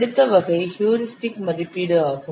அடுத்த வகை ஹியூரிஸ்டிக் மதிப்பீடு ஆகும்